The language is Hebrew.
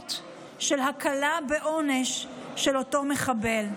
המשמעות של הקלה בעונש של אותו מחבל.